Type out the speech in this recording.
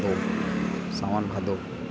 सावन भादो